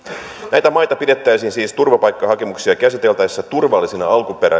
näitä maita pidettäisiin siis turvapaikkahakemuksia käsiteltäessä turvallisina